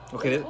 Okay